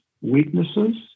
weaknesses